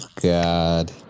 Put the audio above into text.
God